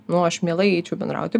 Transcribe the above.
nu aš mielai eičiau bendrauti